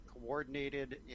coordinated